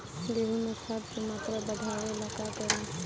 गेहूं में खाद के मात्रा बढ़ावेला का करी?